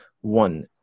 One